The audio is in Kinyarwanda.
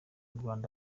rwanda